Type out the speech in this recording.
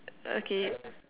okay